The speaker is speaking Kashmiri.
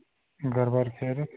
گرٕ بار خیریت